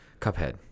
cuphead